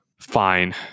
fine